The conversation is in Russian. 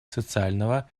социального